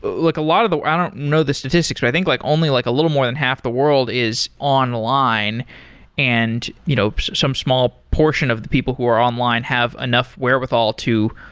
look, a lot of the i don't know the statistics, but i think like only like a little more than half the world is online and you know some small portion of the people who are online have enough wherewithal to,